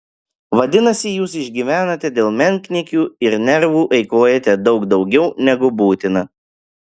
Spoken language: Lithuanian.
vadinasi jūs išgyvenate dėl menkniekių ir nervų eikvojate daug daugiau negu būtina